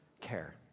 care